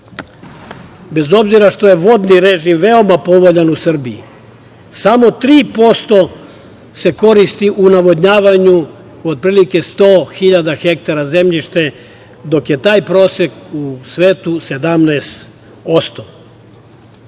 obzira što je vodni režim veoma povoljan u Srbiji, samo 3% se koristi u navodnjavanju, otprilike 100.000 ha zemljišta, dok je taj prosek u svetu 17%.